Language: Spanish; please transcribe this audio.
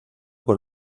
con